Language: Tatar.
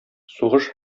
сугыш